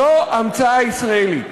זו המצאה ישראלית.